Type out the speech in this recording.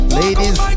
ladies